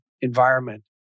environment